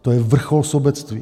To je vrchol sobectví.